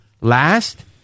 last